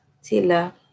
sila